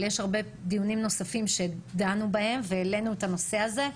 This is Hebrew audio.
אבל יש הרבה דיונים נוספים שדנו בהם והעלינו את הנושא הזה,